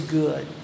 good